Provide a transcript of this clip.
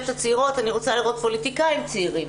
הצעירות אני רוצה לראות פוליטיקאים צעירים,